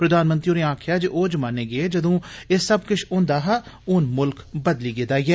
प्रधानमंत्री होरें आक्खेआ कि ओ जमाने गेय जन्दू एह सब किश होन्दा हा हुन मुल्ख बदली गेदा ऐ